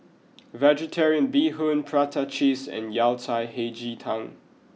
vegetarian Bee Hoon Prata Cheese and Yao Cai Hei Ji Tang